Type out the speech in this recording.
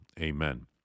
Amen